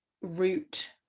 root